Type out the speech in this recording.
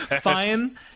fine